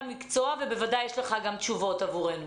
בוודאי, יש לך גם תשובות עבורנו.